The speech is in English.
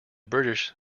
british